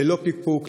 ללא פקפוק,